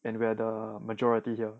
and we are the majority here